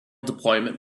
deployment